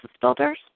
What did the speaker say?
builders